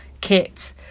kit